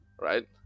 right